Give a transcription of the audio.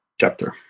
chapter